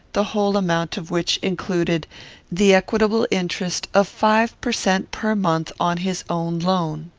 the whole amount of which included the equitable interest of five per cent. per month on his own loan.